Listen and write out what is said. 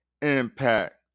Impact